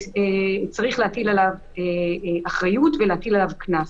צריך להטיל עליו אחריות ולהטיל עליו קנס.